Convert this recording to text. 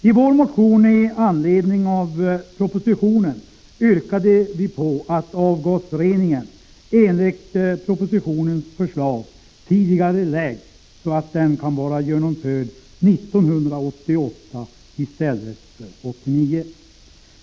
I vår motion i anledning av propositionen yrkade vi på att avgasreningen enligt propositionens förslag tidigareläggs, så att den kan vara genomförd 1988 i stället för 1989.